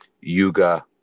Yuga